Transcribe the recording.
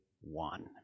one